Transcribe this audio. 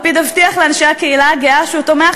לפיד הבטיח לאנשי הקהילה הגאה שהוא תומך